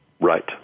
Right